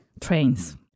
Trains